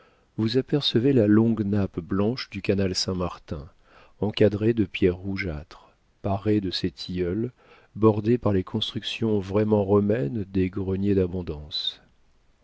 vous apercevez la longue nappe blanche du canal saint-martin encadré de pierres rougeâtres paré de ses tilleuls bordé par les constructions vraiment romaines des greniers d'abondance